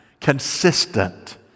consistent